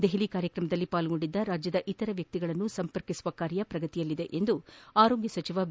ದೆಹಲಿ ಕಾರ್ಯಕ್ರಮದಲ್ಲಿ ಪಾಲ್ಗೊಂಡಿದ್ದ ರಾಜ್ಯದ ಇತರ ವ್ಯಕ್ತಿಗಳನ್ನು ಸಂಪರ್ಕಿಸುವ ಕಾರ್ಯ ಪ್ರಗತಿಯಲ್ಲಿದೆ ಎಂದು ಆರೋಗ್ಯ ಸಚವ ಬಿ